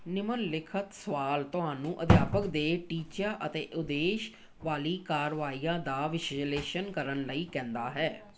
ਨਿਮਨਲਿਖਤ ਸਵਾਲ ਤੁਹਾਨੂੰ ਅਧਿਆਪਕ ਦੇ ਟੀਚਿਆਂ ਅਤੇ ਉਦੇਸ਼ ਵਾਲੀ ਕਾਰਵਾਈਆਂ ਦਾ ਵਿਸ਼ਲੇਸ਼ਣ ਕਰਨ ਲਈ ਕਹਿੰਦਾ ਹੈ